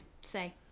say